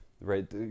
right